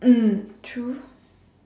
mm true